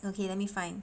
okay let me find